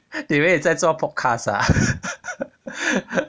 你以为你在做 podcast ah